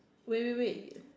wait wait wait